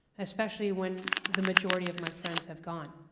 especially when the majority of my friends have gone.